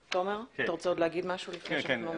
תומר, אתה רוצה להגיד עוד משהו לפני ההקראה?